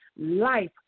life